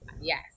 Yes